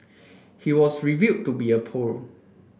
he was revealed to be a poet